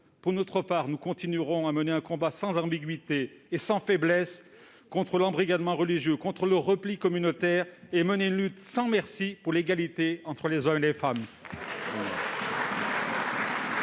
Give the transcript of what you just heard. pour notre part, nous continuerons de mener un combat sans ambiguïté et sans faiblesse contre l'embrigadement religieux et le repli communautaire, et nous poursuivrons notre lutte sans merci pour l'égalité entre les hommes et les femmes.